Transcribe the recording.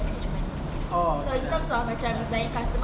oh events